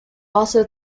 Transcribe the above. also